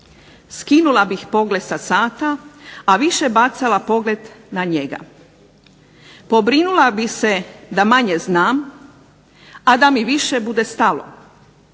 Skinula bih pogled sa sata a više bacala pogled na njega. Pobrinula bih se da manje znam a da mi više bude stalo.